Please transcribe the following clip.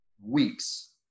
weeks